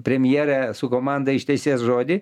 premjerė su komanda ištesės žodį